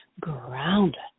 grounded